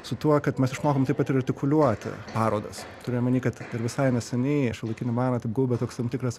su tuo kad mes išmokom taip pat ir artikuliuoti parodas turiu omeny kad visai neseniai šiolaikinį meną taip gaubė toks tam tikras